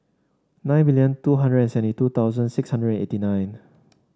nine million two hundred and seventy two thousand six hundred eighty nine